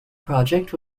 project